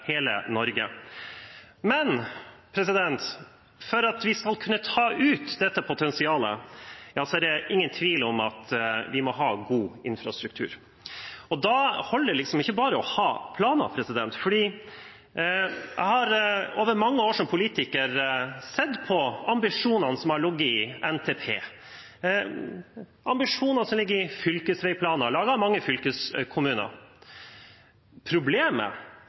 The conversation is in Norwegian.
hele Norge. Men for at vi skal kunne ta ut dette potensialet, er det ingen tvil om at vi må ha god infrastruktur. Da holder det liksom ikke bare å ha planer. Jeg har over mange år som politiker sett på ambisjonene som har ligget i NTP, ambisjonene som ligger i fylkesveiplaner, laget av mange fylkeskommuner. Problemet